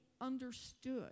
understood